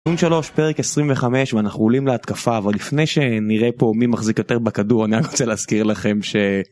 3 פרק 25 ואנחנו עולים להתקפה אבל לפני שנראה פה מי מחזיק יותר בכדור אני רק רוצה להזכיר לכם ש.